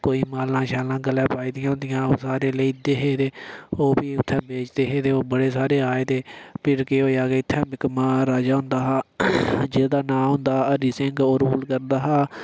कोई मालां शालां गलै पाई दियां होंदियां हा ओह् सारे लेई जंदे हे ते ओह् भी उत्थै बेचदे हे ते ओह् भी बड़े सारे आए ते फ्ही केह् होएआ कि इत्थै इक महाराजा होंदा हा जेह्दा नांऽ होंदा हा हरि जेह्दा नां होंदा हा सिंह ओह् रूल करदा हा